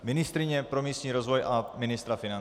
Ministryně pro místní rozvoj a ministra financí.